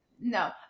no